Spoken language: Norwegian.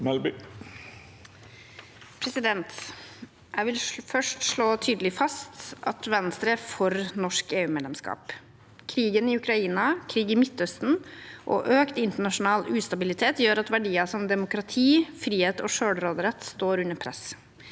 Jeg vil først slå tydelig fast at Venstre er for norsk EU-medlemskap. Krigen i Ukraina, krig i Midtøsten og økt internasjonal ustabilitet gjør at verdier som demokrati, frihet og selvråderett står under press.